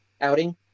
outing